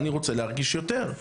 אני רוצה להרגיש יותר.